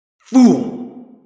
Fool